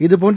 இதுபோன்ற